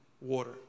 water